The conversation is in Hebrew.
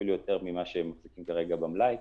אפילו יותר ממה שיש כרגע במלאי,